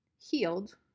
healed